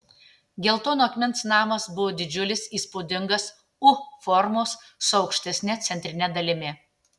geltono akmens namas buvo didžiulis įspūdingas u formos su aukštesne centrine dalimi